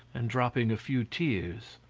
and dropping a few tears.